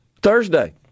Thursday